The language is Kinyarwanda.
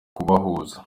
kubahuza